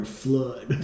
flood